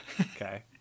Okay